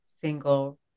single